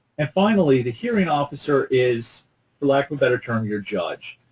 and finally, the hearing officer is, for lack of a better term, your judge.